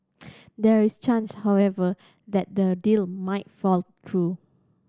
there is change however that the deal might fall through